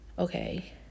okay